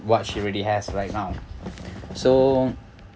what she really has right now so